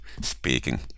speaking